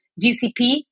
GCP